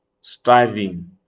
striving